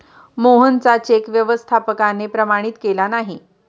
मोहनचा चेक व्यवस्थापकाने प्रमाणित केला नाही